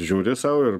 žiūri sau ir